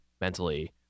mentally